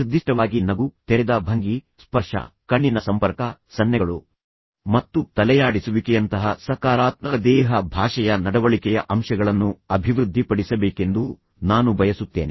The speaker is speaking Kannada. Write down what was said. ನಿರ್ದಿಷ್ಟವಾಗಿ ನಗು ತೆರೆದ ಭಂಗಿ ಸ್ಪರ್ಶ ಕಣ್ಣಿನ ಸಂಪರ್ಕ ಸನ್ನೆಗಳು ಮತ್ತು ತಲೆಯಾಡಿಸುವಿಕೆಯಂತಹ ಸಕಾರಾತ್ಮಕ ದೇಹ ಭಾಷೆಯ ನಡವಳಿಕೆಯ ಅಂಶಗಳನ್ನು ಅಭಿವೃದ್ಧಿಪಡಿಸಬೇಕೆಂದು ನಾನು ಬಯಸುತ್ತೇನೆ